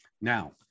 Now